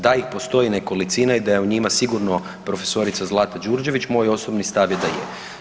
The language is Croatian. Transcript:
Da ih postoji nekolicina i da je u njima sigurno profesorica Zlata Đurđević, moj osobni stav je da je.